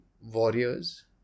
warriors